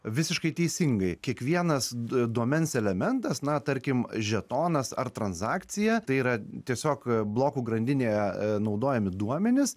visiškai teisingai kiekvienas d duomens elementas na tarkim žetonas ar transakcija tai yra tiesiog blokų grandinėje naudojami duomenys